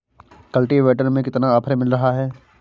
Cultivator में कितना offer मिल रहा है?